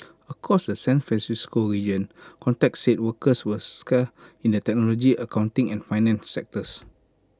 across the San Francisco region contacts said workers were scarce in the technology accounting and finance sectors